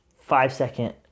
five-second